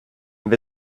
been